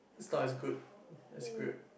it's not as good as grilled